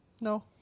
No